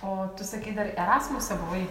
o tu sakei dar erasmuse buvai